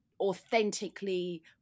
authentically